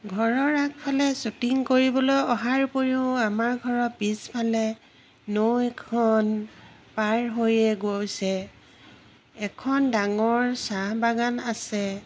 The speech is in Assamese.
ঘৰৰ আগফালে শ্বুটিং কৰিবলৈ অহাৰ উপৰিও আমাৰ ঘৰৰ পিছফালে নৈখন পাৰ হৈয়ে গৈছে এখন ডাঙৰ চাহ বাগান আছে